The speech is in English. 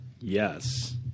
Yes